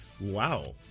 Wow